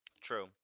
True